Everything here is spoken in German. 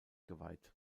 geweiht